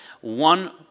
one